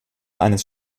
eines